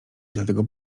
dlatego